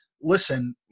listen